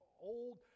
old